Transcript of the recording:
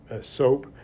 soap